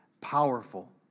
powerful